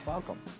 Welcome